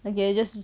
okay